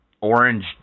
orange